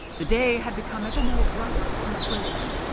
the day had become ever more bright and sweltering.